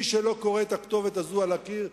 מי שלא קורא את הכתובת הזאת על הקיר,